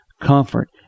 comfort